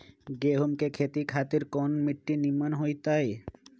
गेंहू की खेती खातिर कौन मिट्टी निमन हो ताई?